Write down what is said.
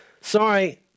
Sorry